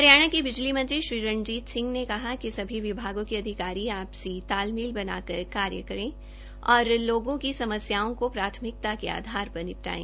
हरियाणा के बिजली मंत्री श्री रणजीत सिंह ने कहा कि सभी विभागों के अधिकारी आपसी तालमेल बना कर कार्य करें और लोगों की समस्याओं को प्राथमिकता के आधार पर निपटाएं